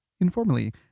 informally